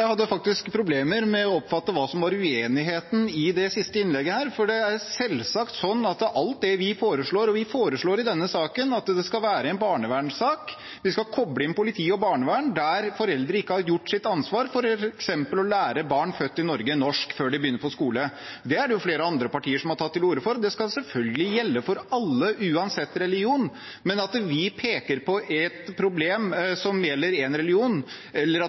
hadde faktisk problemer med å oppfatte hva som var uenigheten i det siste innlegget her, for det er selvsagt sånn at alt det vi foreslår, og som vi foreslår i denne saken, er at det skal være en barnevernssak, og vi skal koble inn politi og barnevern der foreldre ikke har tatt sitt ansvar for f.eks. å lære barn født i Norge norsk før de begynner på skolen. Det er det jo flere andre partier som har tatt til orde for. Det skal selvfølgelig gjelde for alle uansett religion. Men at vi peker på et problem som gjelder én religion, eller at